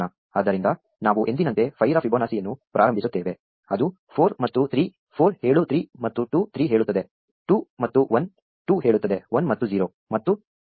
ಆದ್ದರಿಂದ ನಾವು ಎಂದಿನಂತೆ 5 ರ ಫಿಬೊನಾಸಿಯನ್ನು ಪ್ರಾರಂಭಿಸುತ್ತೇವೆ ಅದು 4 ಮತ್ತು 3 4 ಹೇಳು 3 ಮತ್ತು 2 3 ಹೇಳುತ್ತದೆ 2 ಮತ್ತು 1 2 ಹೇಳುತ್ತದೆ 1 ಮತ್ತು 0